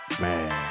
man